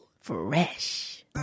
Fresh